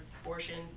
abortion